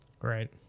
Right